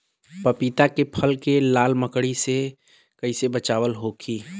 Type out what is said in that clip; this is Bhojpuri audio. पपीता के फल के लाल मकड़ी से कइसे बचाव होखि?